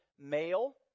Male